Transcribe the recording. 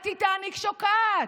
הטיטניק שוקעת.